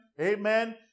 Amen